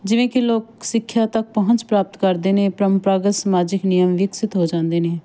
ਜਿਵੇਂ ਕਿ ਲੋਕ ਸਿੱਖਿਆ ਤੱਕ ਪਹੁੰਚ ਪ੍ਰਾਪਤ ਕਰਦੇ ਨੇ ਪਰੰਪਰਾਗਤ ਸਮਾਜਿਕ ਨਿਯਮ ਵਿਕਸਿਤ ਹੋ ਜਾਂਦੇ ਨੇ